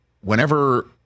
whenever